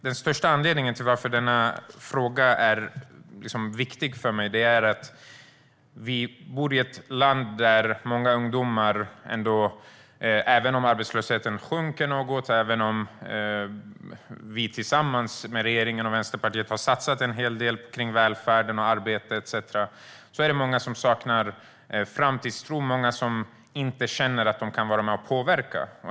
Den största anledningen till att denna fråga är viktig för mig är att vi bor i ett land där många ungdomar saknar framtidstro och inte känner att de kan vara med och påverka, även om arbetslösheten sjunker något och även om vi i Vänsterpartiet tillsammans med regeringen har satsat en hel del kring välfärden, arbete etcetera.